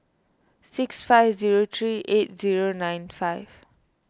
six five zero three eight zero nine five